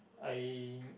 I